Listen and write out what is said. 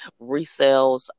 resales